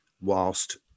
whilst